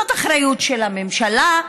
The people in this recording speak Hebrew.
זאת אחריות של הממשלה,